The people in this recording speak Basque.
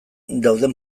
dauden